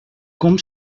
com